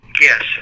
Yes